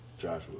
Joshua